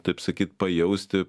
taip sakyt pajausti